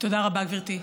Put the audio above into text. תודה רבה, גברתי.